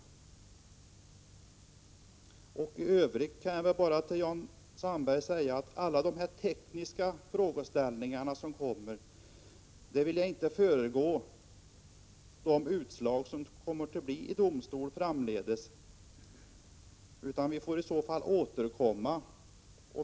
Vad beträffar de tekniska frågeställningarna vill jag inte föregripa de utslag som vi kommer att få av domstolar framdeles.